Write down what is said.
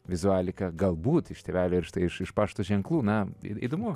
vizualika galbūt iš tėvelio ir štai iš iš pašto ženklų na įdomu